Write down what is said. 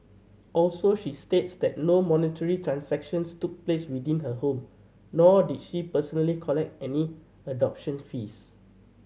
also she states that no monetary transactions took place within her home nor did she personally collect any adoption fees